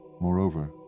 Moreover